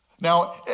now